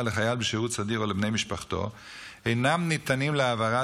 לחייל בשירות סדיר או לבני משפחתו אינם ניתנים להעברה,